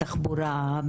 התחבורה,